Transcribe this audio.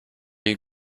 you